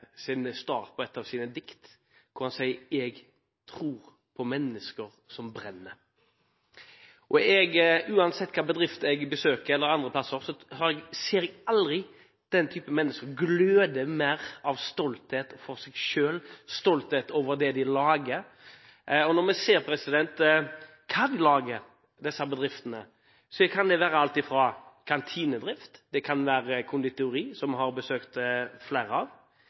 av hans dikt, hvor han sier: Jeg tror på mennesker som brenner. Uansett hvilken bedrift eller plass jeg besøker, ser jeg aldri noen mennesker gløde mer av stolthet over seg selv og over det de lager. Og når vi ser hva disse bedriftene holder på med, er det alt i fra kantinedrift, konditorier – som vi har besøkt flere av